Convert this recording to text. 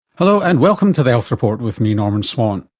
hello, and welcome to the health report with me, norman swan.